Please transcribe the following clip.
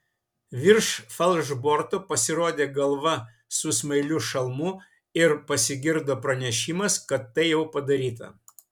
virš falšborto pasirodė galva su smailiu šalmu ir pasigirdo pranešimas kad tai jau padaryta